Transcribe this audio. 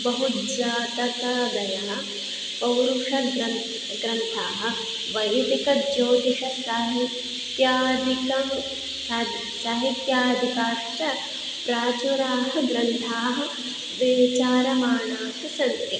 बृहज्जातकादयः पौरुषग्रन्थः ग्रन्थाः वैदिकज्योतिषसाहित्यादिकं साहि साहित्यादिकाश्च प्राचुराः ग्रन्थाः विचार्यमाणाः सन्ति